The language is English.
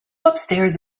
upstairs